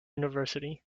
university